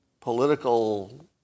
political